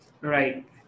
Right